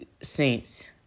Saints